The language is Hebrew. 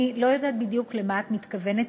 אני לא יודעת בדיוק למה את מתכוונת.